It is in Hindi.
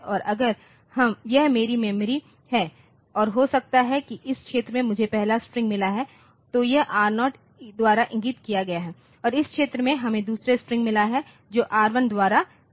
तो अगर यह मेरी मेमोरी है और हो सकता है कि इस क्षेत्र में मुझे पहला स्ट्रिंग मिला हो तो यह R0 द्वारा इंगित किया गया है और इस क्षेत्र में हमें दूसरा स्ट्रिंग मिला है जो R1 द्वारा इंगित किया गया है